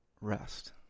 rest